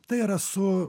tai yra su